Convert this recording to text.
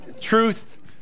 truth